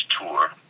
Tour